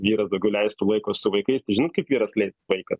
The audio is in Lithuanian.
vyras daugiau leistų laiko su vaikais tai žinot kaip vyras leis laiką